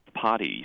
parties